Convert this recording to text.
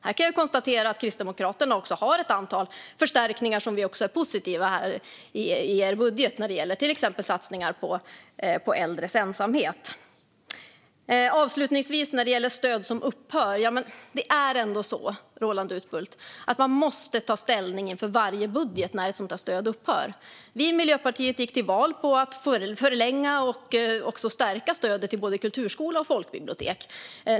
Här kan jag konstatera att ni i Kristdemokraterna har ett antal förstärkningar i er budget som vi är positiva till, till exempel när det gäller satsningar på att motverka äldres ensamhet. När det gäller stöd som upphör är det ändå så, Roland Utbult, att man måste ta ställning inför varje budget när ett stöd upphör. Vi i Miljöpartiet gick till val på att förlänga och även stärka stödet till både kulturskola och folkbibliotek.